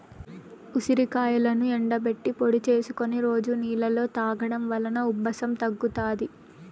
ఉసిరికాయలను ఎండబెట్టి పొడి చేసుకొని రోజు నీళ్ళలో తాగడం వలన ఉబ్బసం తగ్గుతాది